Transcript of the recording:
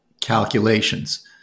calculations